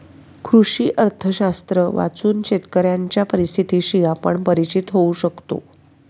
कृषी अर्थशास्त्र वाचून शेतकऱ्यांच्या परिस्थितीशी आपण परिचित होऊ शकतो